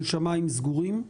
של שמיים סגורים.